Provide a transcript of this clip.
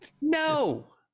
No